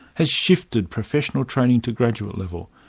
has shifted professional training to graduate level,